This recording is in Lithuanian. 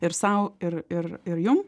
ir sau ir ir ir jum